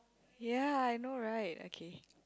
ya I know right okay